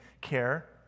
care